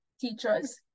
teachers